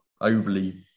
overly